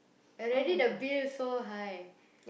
already the bills so high